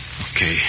Okay